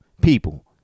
people